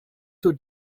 zur